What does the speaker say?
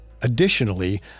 Additionally